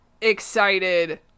excited